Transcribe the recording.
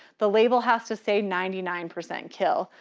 the label has to say ninety nine percent kill.